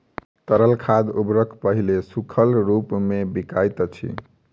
तरल खाद उर्वरक पहिले सूखल रूपमे बिकाइत अछि